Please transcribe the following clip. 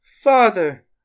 father